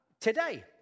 today